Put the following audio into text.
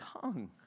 tongue